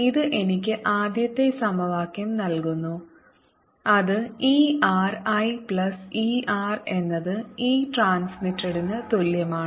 ഇത് എനിക്ക് ആദ്യത്തെ സമവാക്യം നൽകുന്നു അത് e r I plus e r എന്നത് e ട്രാൻസ്മിറ്റഡ്ന് തുല്യമാണ്